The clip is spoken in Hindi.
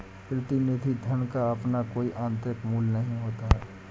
प्रतिनिधि धन का अपना कोई आतंरिक मूल्य नहीं होता है